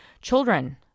Children